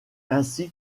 ainsi